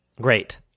Great